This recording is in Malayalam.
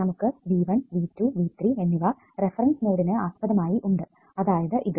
നമുക്ക് V1 V2 V3 എന്നിവ റഫറൻസ് നോഡിന് ആസ്പദമായി ഉണ്ട് അതായതു ഇത്